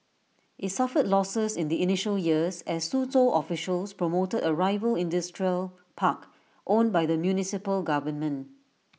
IT suffered losses in the initial years as Suzhou officials promoted A rival industrial park owned by the municipal government